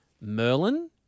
Merlin